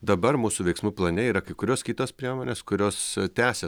dabar mūsų veiksmų plane yra kai kurios kitos priemonės kurios tęsia